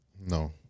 No